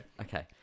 Okay